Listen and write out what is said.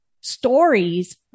stories